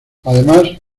además